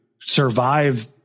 survive